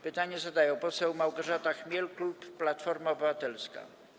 Pytanie zadaje poseł Małgorzata Chmiel, klub Platforma Obywatelska.